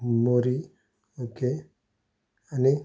मोरी ओके आनी